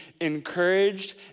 encouraged